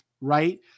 Right